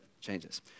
changes